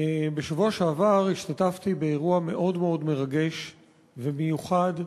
בשבוע שעבר השתתפתי באירוע מאוד מאוד מרגש ומיוחד,